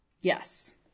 Yes